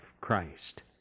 Christ